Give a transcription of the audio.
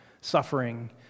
suffering